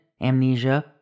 amnesia